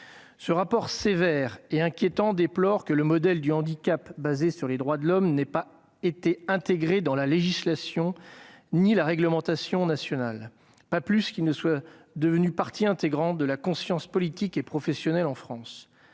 ce rapport sévère et inquiétant, « le modèle du handicap basé sur les droits de l'homme n'a pas été intégré dans la législation ni la réglementation nationales », pas plus qu'il n'est « devenu partie intégrante de la conscience politique et professionnelle » en France.